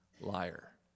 Liar